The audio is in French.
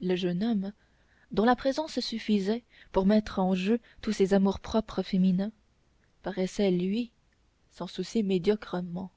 le jeune homme dont la présence suffisait pour mettre en jeu tous ces amours-propres féminins paraissait lui s'en soucier médiocrement